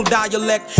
Dialect